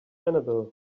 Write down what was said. annabelle